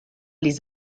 les